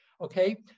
okay